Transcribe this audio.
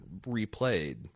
replayed